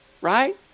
right